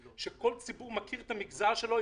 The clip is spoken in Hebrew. כאשר כל נציג ציבור מכיר את המגזר שלו,